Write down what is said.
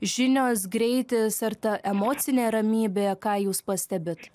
žinios greitis ar ta emocinė ramybė ką jūs pastebit